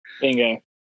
Bingo